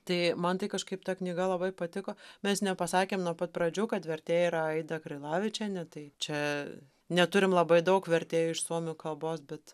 tai man tai kažkaip ta knyga labai patiko mes nepasakėm nuo pat pradžių kad vertėja yra aida krilavičienė tai čia neturim labai daug vertėjų iš suomių kalbos bet